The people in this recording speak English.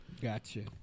gotcha